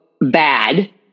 bad